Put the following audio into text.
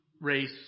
race